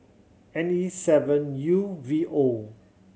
N E seven U V O